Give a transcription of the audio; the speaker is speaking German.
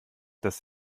das